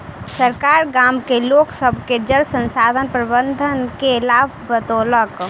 सरकार गाम के लोक सभ के जल संसाधन प्रबंधन के लाभ बतौलक